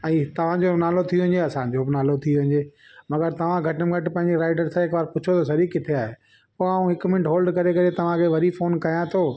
ऐं तव्हां जो बि नालो थी वञे असांजो बि नालो थी वञे मगर तव्हां घटि में घटि पंहिंजे राइडर सां हिक बार पुछो त सई किथे आहे पोइ आऊं हिक मिनट होल्ड करे करे तव्हांखे वरी फोन कयां थो